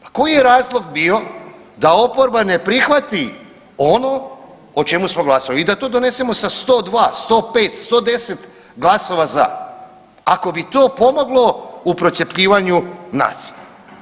Pa koji je razlog bio da oporba ne prihvati ono o čemu smo glasovali i da to donesemo sa 102, 105, 110 glasova za ako bi to pomoglo u procjepljivanju nacije.